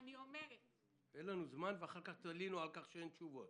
אין לנו זמן, ואחר כך תלינו על כך שאין תשובות.